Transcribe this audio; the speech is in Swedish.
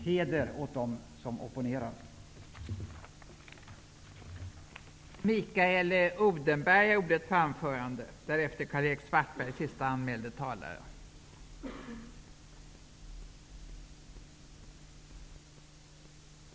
Heder åt dem som har opponerat sig.